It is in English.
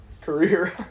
career